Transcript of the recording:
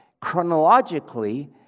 chronologically